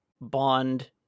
Bond